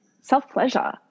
self-pleasure